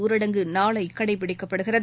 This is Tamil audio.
ஊரடங்கு நாளைகடைபிடிக்கப்படுகிறது